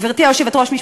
גברתי היושבת-ראש,